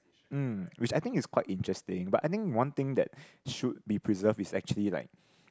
um which I think is quite interesting but I think one thing that should be preserved is actually like